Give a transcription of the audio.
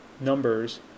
numbers